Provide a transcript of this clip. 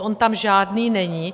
On tam žádný není.